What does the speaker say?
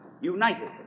united